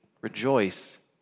rejoice